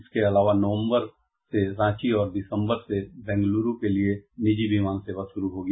इसके अलावा नवम्बर से रांची और दिसम्बर से बेंग्लूरू के लिए निजी विमान सेवा शुरू होगी